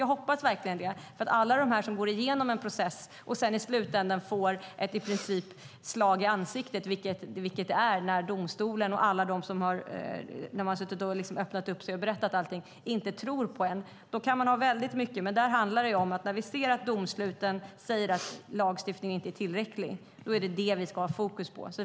Jag hoppas verkligen det för alla som går igenom en process och i slutänden i princip får ett slag i ansiktet när de suttit och öppnat sig och berättat allting och domstolen inte tror på dem. När vi ser att man i domsluten säger att lagstiftningen inte är tillräcklig är det vad vi ska ha fokus på.